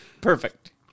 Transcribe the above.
perfect